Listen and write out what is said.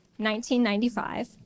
1995